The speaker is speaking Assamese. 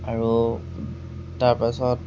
আৰু তাৰপাছত